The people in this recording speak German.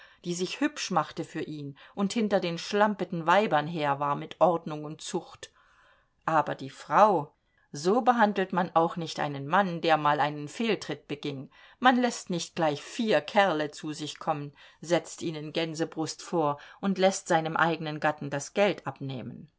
die sich hübsch machte für ihn und hinter den schlampeten weibern herwar mit ordnung und zucht aber die frau so behandelt man auch nicht einen mann der mal einen fehltritt beging man läßt nicht gleich vier kerle zu sich kommen setzt ihnen gänsebrust vor und läßt seinem eigenen gatten das geld abnehmen